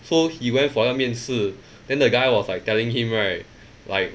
so he went for 那面试 then the guy was like telling him right like